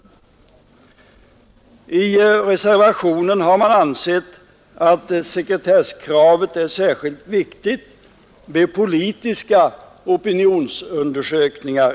I reservationen framhålls att sekretesskravet är särskilt viktigt vid politiska opinionsundersökningar.